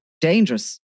Dangerous